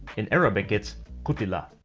in arabic, it's qutila.